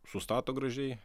sustato gražiai